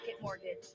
Mortgage